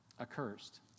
accursed